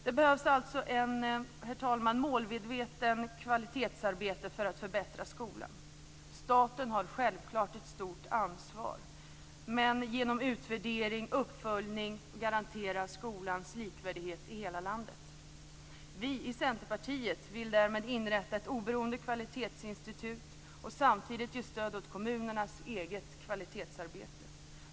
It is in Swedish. Det behövs alltså, herr talman, ett målmedvetet kvalitetsarbete för att förbättra skolan. Staten har självklart ett stort ansvar, men genom utvärdering och uppföljning garanteras skolans likvärdighet i hela landet. Vi i Centerpartiet vill därmed inrätta ett oberoende kvalitetsinstitut och samtidigt ge stöd åt kommunernas eget kvalitetsarbete.